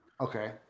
Okay